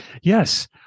yes